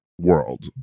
world